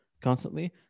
constantly